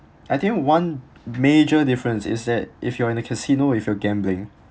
I think one major difference is that if you're in the casino if you're gambling